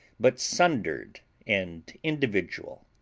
but sundered and individual.